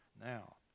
now